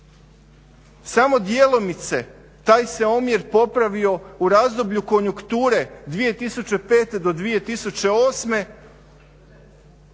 samo djelomice taj se omjer popravio u razdoblju konjunkture 2005.-2008.za